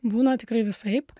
būna tikrai visaip